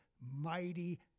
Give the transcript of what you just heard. mighty